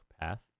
path